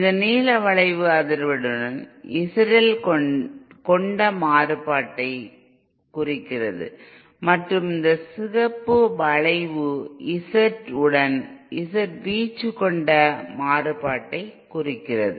இந்த நீல வளைவு அதிர்வெண்ணுடன் ZL கொண்ட மாறுபாட்டை குறிக்கிறது மற்றும் இந்த சிவப்பு வளைவு z உடன் z வீச்சு கொண்ட மாறுபாட்டை குறிக்கிறது